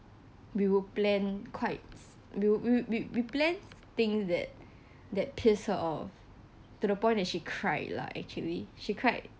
we would plan quite~ we we we plan things that that pissed her off to the point that she cried lah actually she cried